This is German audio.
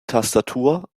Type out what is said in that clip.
tastatur